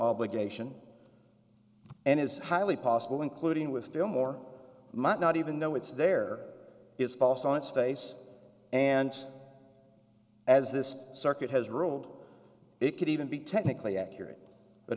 obligation and is highly possible including with film or might not even know it's there it's false on its face and as this circuit has ruled it could even be technically accurate but